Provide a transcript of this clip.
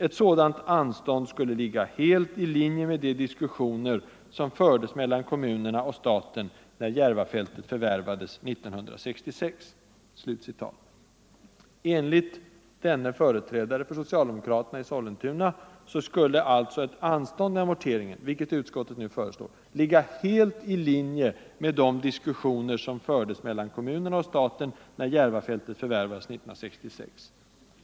Ett sådant anstånd skulle ligga helt i linje med de diskussioner som fördes mellan kommunerna och staten när Järvafältet förvärvades 1966.” Enligt denne företrädare för socialdemokraterna i Sollentuna skulle alltså ett anstånd med amorteringen, vilket utskottet nu föreslår, ligga helt i linje med de diskussioner som fördes mellan kommunerna och staten när Järvafältet förvärvades 1966.